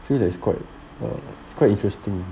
feel that it's quite err it's quite interesting